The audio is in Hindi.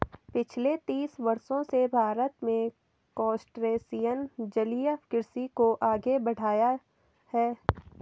पिछले तीस वर्षों से भारत में क्रस्टेशियन जलीय कृषि को आगे बढ़ाया है